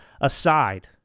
aside